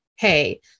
Hey